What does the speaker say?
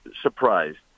surprised